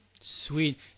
Sweet